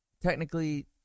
technically